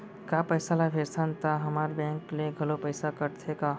का पइसा ला भेजथन त हमर बैंक ले घलो पइसा कटथे का?